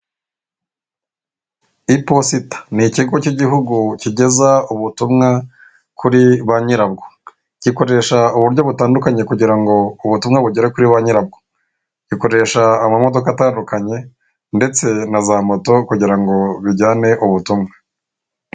Iposita ni ikigo cy'igihugu kigeza ubutumwa kuri bayirabwo, gikoresha uburyo butandukanye kugira ngo ubutumwa bugere kuri banyirabwo, gikoresha amamodoka atandukanye ndetse na za moto kugira ngo bijyane ubu butumwa.